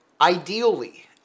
ideally